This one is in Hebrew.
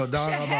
תודה רבה.